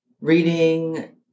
reading